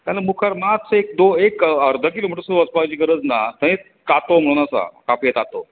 जाल्यार मुखार मातसो एक अर्द किलोमिटर सुद्दां वचपाची गरज ना थंयच तातो म्हूण आसा कफ्या तातो